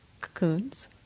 cocoons